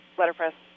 letterpress